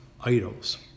idols